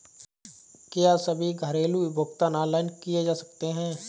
क्या सभी घरेलू भुगतान ऑनलाइन किए जा सकते हैं?